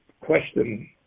question